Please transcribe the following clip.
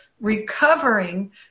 recovering